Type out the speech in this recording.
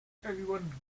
everyone